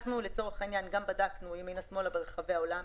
בדקנו ימינה-שמאלה ברחבי העולם,